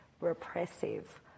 repressive